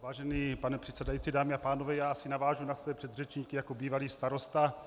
Vážený pane předsedající, dámy a pánové, já asi navážu na svoje předřečníky jako bývalý starosta.